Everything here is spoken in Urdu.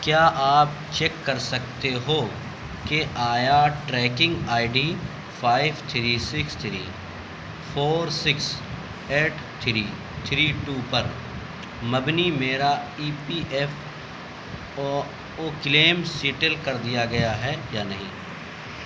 کیا آپ چیک کر سکتے ہو کہ آیا tracking I D five three six three four six eight three three two پر مبنی میرا E P F O O claim settle کر دیا گیا ہے یا نہیں